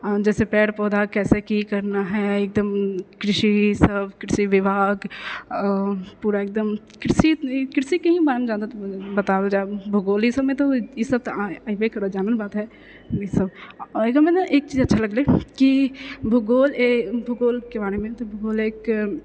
जैसे पेड़ पौधा कैसे की करना है एकदम कृषि सब कृषि विभाग पूरा एकदम कृषिके ही बारेमे ही जादातर बतावल जा है भूगोल ई सबमे तऽ ईसब ने अइबे करऽ जानल बात है एकरमे ने एक चीज अच्छा लगलै की भूगोल एक भूगोलके बारेमे तऽ भूगोल एक